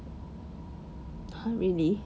!huh! really